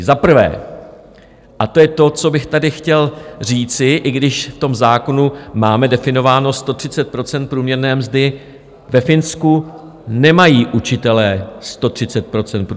Za prvé, a to je to, co bych tady chtěl říci, i když v tom zákonu máme definováno 130 % průměrné mzdy, ve Finsku nemají učitelé 130 % průměrné mzdy.